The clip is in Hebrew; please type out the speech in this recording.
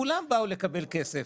כולם באו לקבל כסף,